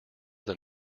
than